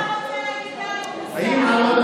אתה מעביר חוק שנותן לנאשם להיות